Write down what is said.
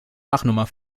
lachnummer